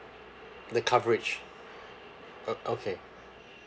the coverage uh okay